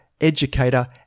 educator